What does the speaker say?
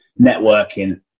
networking